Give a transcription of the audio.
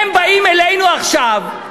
הם באים אלינו עכשיו,